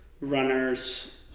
runners